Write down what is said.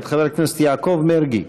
מאת חבר הכנסת יעקב מרגי.